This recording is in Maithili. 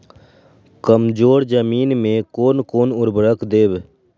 कमजोर जमीन में कोन कोन उर्वरक देब?